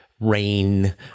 rain